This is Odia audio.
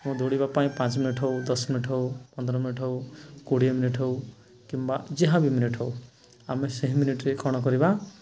ମୁଁ ଦୌଡ଼ିବା ପାଇଁ ପାଞ୍ଚ ମିନିଟ୍ ହେଉ ଦଶ ମିନିଟ୍ ହେଉ ପନ୍ଦର ମିନିଟ୍ ହେଉ କୋଡ଼ିଏ ମିନିଟ୍ ହେଉ କିମ୍ବା ଯାହାବି ମିନିଟ୍ ହେଉ ଆମେ ସେହି ମିନିଟରେ କ'ଣ କରିବା